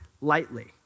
lightly